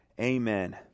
amen